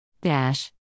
Dash